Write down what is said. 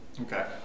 Okay